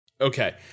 Okay